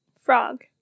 Frog